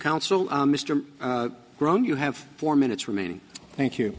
counsel mr brown you have four minutes remaining thank you